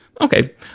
Okay